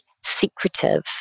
secretive